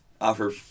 offer